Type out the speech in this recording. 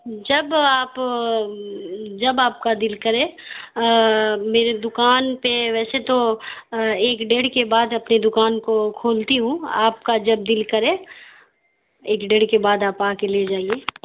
جب آپ جب آپ کا دل کرے میری دوکان پہ ویسے تو ایک ڈیڑھ کے بعد اپنی دوکان کو کھولتی ہوں آپ کا جب دل کرے ایک ڈیڑھ کے بعد آپ آکے لے جائیے